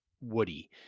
woody